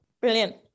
brilliant